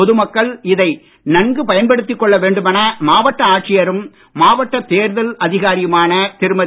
பொது மக்கள் இதை நன்கு பயன்படுத்திக் கொள்ள வேண்டுமென மாவட்ட ஆட்சியரும் மாவட்ட தேர்தல் அதிகாரியுமான திருமதி